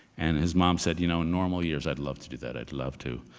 and his mom said, you know, in normal years i'd love to do that. i'd love to.